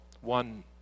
One